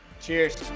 Cheers